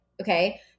Okay